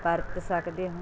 ਵਰਤ ਸਕਦੇ ਹੋ